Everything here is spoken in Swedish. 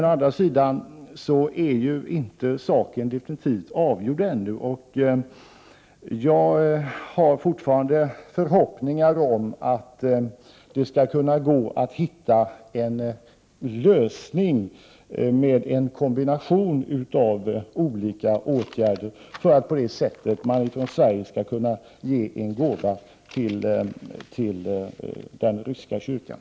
Å andra sidan är saken inte definitivt avgjord ännu, och jag har fortfarande förhoppningar om att det skall kunna gå att finna en lösning med en kombination av olika åtgärder för att man på det sättet från Sverige skall kunna ge en gåva till den ryska kyrkan.